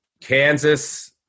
kansas